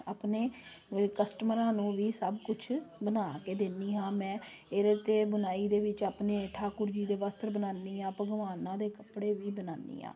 ਆਪਣੇ ਕਸਟਮਰਾਂ ਨੂੰ ਵੀ ਸਭ ਕੁਛ ਬਣਾ ਕੇ ਦਿੰਦੀ ਹਾਂ ਮੈਂ ਇਹਦੇ 'ਤੇ ਬੁਣਾਈ ਦੇ ਵਿੱਚ ਆਪਣੇ ਠਾਕੁਰ ਜੀ ਦੇ ਬਸਤਰ ਬਣਾਉਂਦੀ ਹਾਂ ਭਗਵਾਨਾਂ ਦੇ ਕੱਪੜੇ ਵੀ ਬਣਾਉਂਦੀ ਹਾਂ